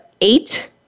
eight